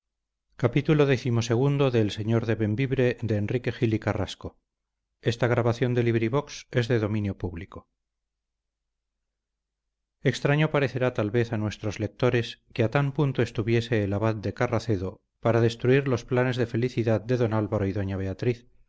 extraño parecerá tal vez a nuestros lectores que tan a punto estuviese el abad de carracedo para destruir los planes de felicidad de don álvaro y doña beatriz